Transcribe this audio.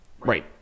Right